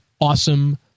awesome